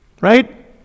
right